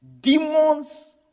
demons